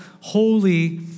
holy